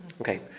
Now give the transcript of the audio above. Okay